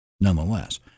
nonetheless